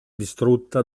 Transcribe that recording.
distrutta